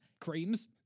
creams